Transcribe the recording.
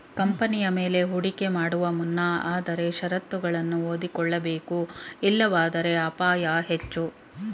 ಕಂಪನಿಯ ಮೇಲೆ ಹೂಡಿಕೆ ಮಾಡುವ ಮುನ್ನ ಆದರೆ ಶರತ್ತುಗಳನ್ನು ಓದಿಕೊಳ್ಳಬೇಕು ಇಲ್ಲವಾದರೆ ಅಪಾಯ ಹೆಚ್ಚು